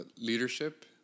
leadership